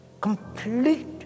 complete